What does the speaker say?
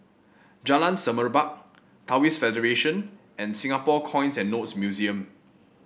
Jalan Semerbak Taoist Federation and Singapore Coins and Notes Museum